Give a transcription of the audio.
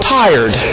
tired